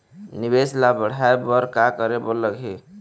निवेश ला बढ़ाय बर का करे बर लगही?